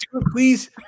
Please